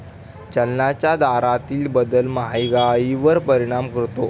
चलनाच्या दरातील बदल महागाईवर परिणाम करतो